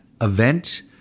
event